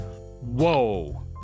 Whoa